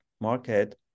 market